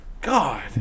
God